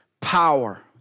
power